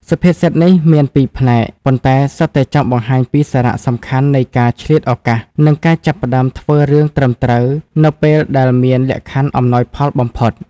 សុភាសិតនេះមានពីរផ្នែក ប៉ុន្តែសុទ្ធតែចង់បង្ហាញពីសារៈសំខាន់នៃការឆ្លៀតឱកាស និងការចាប់ផ្ដើមធ្វើរឿងត្រឹមត្រូវនៅពេលដែលមានលក្ខខណ្ឌអំណោយផលបំផុត ។